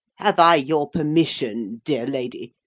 have i your permission, dear lady,